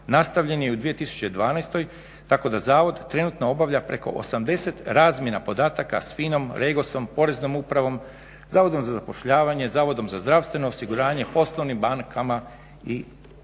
nastavljen je i u 2012. tako da zavod trenutno obavlja preko 80 razmjena podataka s FINA-om, REGOS-om, Poreznom upravom, Zavodom za zapošljavanje, Zavodom za zdravstveno osiguranje, poslovnim bankama i